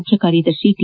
ಮುಖ್ಯ ಕಾರ್ಯದರ್ಶಿ ಟಿ